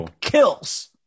kills